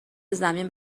زمین